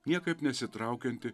niekaip nesitraukiantį